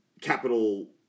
capital